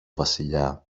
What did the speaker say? βασιλιά